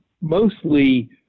mostly